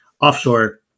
offshore